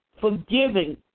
forgiving